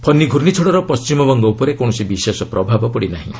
ଫନି ଘ୍ରର୍ଷ୍ଣିଝଡ଼ର ପଣ୍ଢିମବଙ୍ଗ ଉପରେ କୌଣସି ବିଶେଷ ପ୍ରଭାବ ପଡ଼ିନାହିଁ